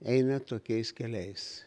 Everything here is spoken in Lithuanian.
eina tokiais keliais